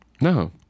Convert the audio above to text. No